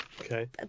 Okay